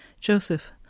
Joseph